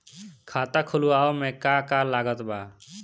खाता खुलावे मे का का लागत बा?